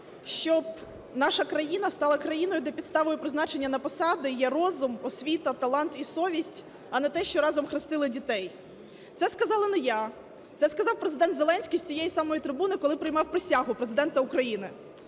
щоб наша країна стала країною, де підставою призначення на посади є розум, освіта, талант і совість, а не те, що разом хрестили дітей. Це сказала не я, це сказав Президент Зеленський з цієї самої трибуни, коли приймав присягу Президента України.